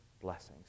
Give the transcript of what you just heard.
blessings